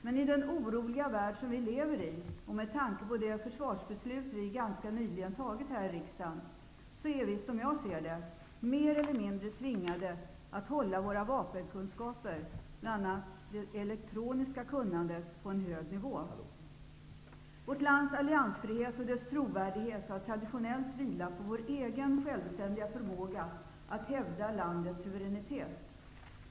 Men i den oroliga värld vi lever i och med tanke på det försvarsbeslut vi ganska nyligen har fattat här i riksdagen är vi, som jag ser det, mer eller mindre tvingade att hålla våra vapenkunskaper, bl.a. det elektroniska kunnandet, på en hög nivå. Vårt lands alliansfrihet och dess trovärdighet har traditionellt vilat på vår egen självständiga förmåga att hävda landets suveränitet.